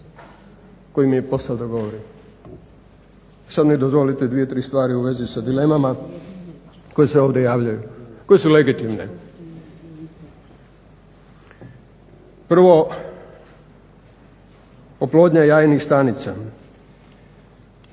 kojima mi je posao da govorim. Sad mi dozvolite dvije, tri stvari u vezi sa dilemama koje se ovdje javljaju i koje su legitimne. Prvo, oplodnja jajnih stanica